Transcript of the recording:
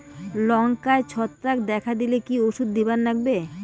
লঙ্কায় ছত্রাক দেখা দিলে কি ওষুধ দিবার লাগবে?